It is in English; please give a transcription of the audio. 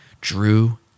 Drew